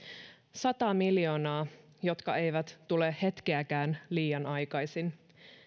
sata miljoonaa jotka eivät tule hetkeäkään liian aikaisin